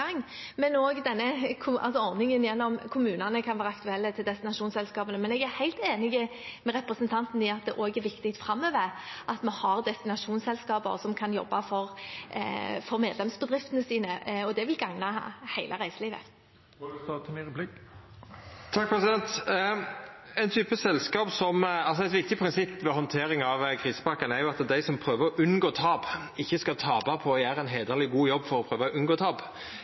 men også ordningen gjennom kommunene kan være aktuell for destinasjonsselskapene. Men jeg er helt enig med representanten i at det også er viktig framover at vi har destinasjonsselskaper som kan jobbe for medlemsbedriftene sine. Det vil gagne hele reiselivet. Eit viktig prinsipp ved handteringa av krisepakka, er at dei som prøver å unngå tap, ikkje skal tapa på å gjera ein heiderleg god jobb for å prøva å unngå tap.